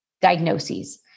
diagnoses